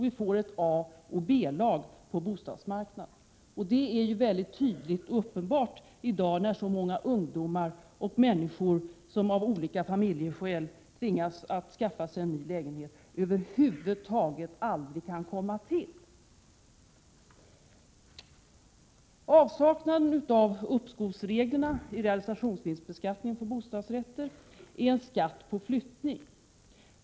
Vi får ett A och ett B-lag på bostadsmarknaden. Detta är mycket tydligt och uppenbart i dag, när så många ungdomar och människor, som av olika familjeskäl tvingas skaffa sig en ny lägenhet, över huvud taget aldrig kan få en bostadsrätt. Avsaknaden av uppskovsregler i fråga om realisationsvinstbeskattningen av bostadsrätter innebär en skatt på flyttning.